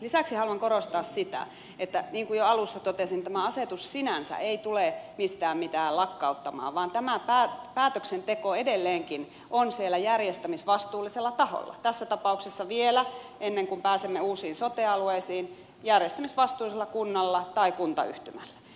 lisäksi haluan korostaa sitä niin kuin jo alussa totesin että tämä asetus sinänsä ei tule mistään mitään lakkauttamaan vaan tämä päätöksenteko edelleenkin on siellä järjestämisvastuullisella taholla tässä tapauksessa vielä ennen kuin pääsemme uusiin sote alueisiin järjestämisvastuullisella kunnalla tai kuntayhtymällä